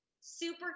super